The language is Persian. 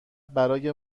برای